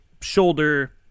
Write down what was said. shoulder